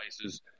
places